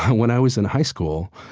when i was in high school,